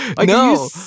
No